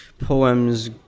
poems